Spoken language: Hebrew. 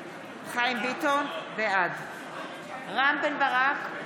בעד רם בן ברק,